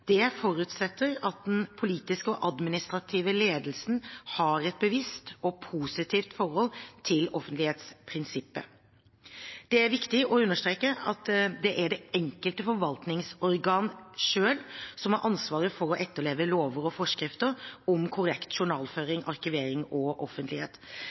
Det forutsetter at den politiske og administrative ledelsen har et bevisst og positivt forhold til offentlighetsprinsippet. Det er viktig å understreke at det er det enkelte forvaltningsorgan selv som har ansvaret for å etterleve lover og forskrifter om korrekt journalføring, arkivering og offentlighet.